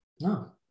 No